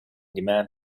demand